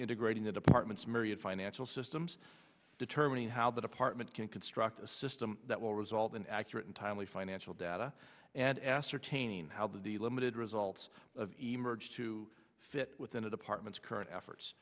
integrating the department's myriad financial systems determining how the department can construct a system that will result in accurate and timely financial data and ascertain how the limited results emerged to fit within the department's current efforts